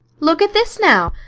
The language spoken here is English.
look at this now!